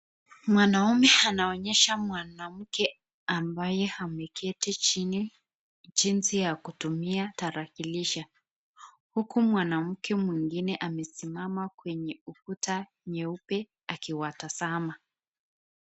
Mwanaume anaonesha mwanamke ambae ameketi chini jinsi ya kutumia tarakilishi, huku mwanamke mwengine amesimama kwenye ukuta mweupe akiwatazama.